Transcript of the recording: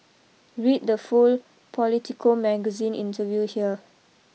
read the full Politico Magazine interview here